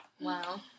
Wow